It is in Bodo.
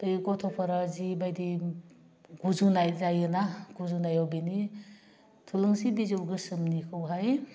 बे गथ'फोरा जि बायदि गुजुनाय जायोना गुजुनायाव बिनि थुलुंसि बिजौ गोसोमनिखौहाय